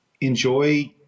enjoy